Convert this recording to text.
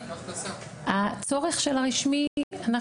הצורך של הרשמי,